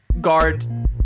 Guard